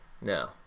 No